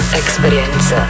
experience